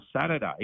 Saturday